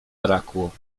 brakło